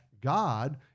God